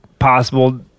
possible